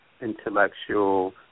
intellectual